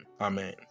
amen